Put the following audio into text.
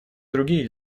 другие